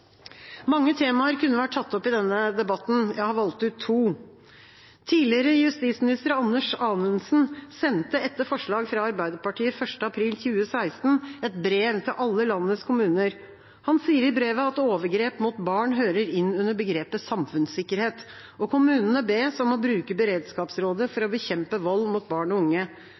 Mange temaer kunne vært tatt opp i denne debatten – jeg har valgt ut to. Tidligere justisminister Anders Anundsen sendte etter forslag fra Arbeiderpartiet 1. april 2016 et brev til alle landets kommuner. Han sier i brevet at overgrep mot barn hører inn under begrepet «samfunnssikkerhet», og kommunene bes om å bruke beredskapsrådet for å bekjempe vold mot barn og unge.